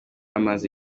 amaze